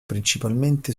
principalmente